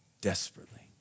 desperately